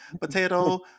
potato